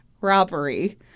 robbery